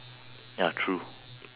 ya true